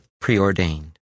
preordained